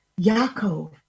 Yaakov